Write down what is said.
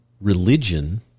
religion